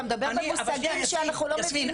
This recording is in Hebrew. אתה מדבר במושגים שאנחנו לא מבינים.